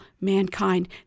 mankind